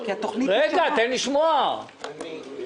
שכירות למינהל לדיור, ארנונה.